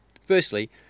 Firstly